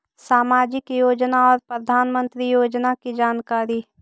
समाजिक योजना और प्रधानमंत्री योजना की जानकारी?